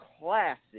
classic